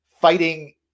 fighting